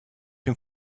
dem